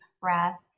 breath